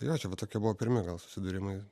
tai jo čia va tokie buvo pirmi susidūrimai